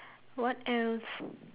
what else